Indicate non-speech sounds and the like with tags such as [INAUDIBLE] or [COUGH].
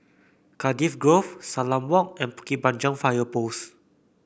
Cardiff Grove Salam Walk and Bukit Panjang Fire [NOISE] Post